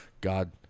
God